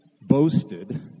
boasted